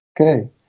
okay